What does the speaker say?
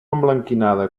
emblanquinada